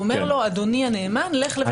הוא אומר לו, אדוני הנאמן לבית המשפט.